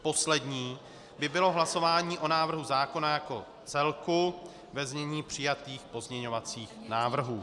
Poslední by bylo hlasování o návrhu zákona jako celku ve znění přijatých pozměňovacích návrhů.